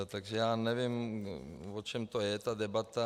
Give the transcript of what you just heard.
Takže já nevím, o čem to je, ta debata.